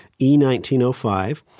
E1905